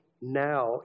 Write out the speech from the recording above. now